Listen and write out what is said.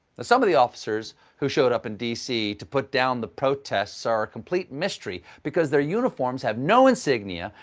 some of the officers who showed up in d c. to put down the protests are a complete mystery because their uniforms have no insignia,